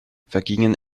vergingen